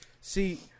see